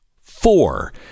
Four